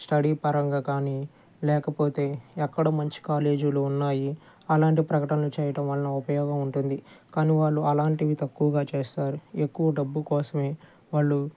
study పరంగా కానీ లేకపోతే ఎక్కడ మంచి కాలేజీలు ఉన్నాయి అలాంటి ప్రకటనలు చేయటం వలన ఉపయోగం ఉంటుంది కానీ వాళ్ళు అలాంటివి తక్కువగా చేస్తారు ఎక్కువ డబ్బు కోసమే వాళ్ళు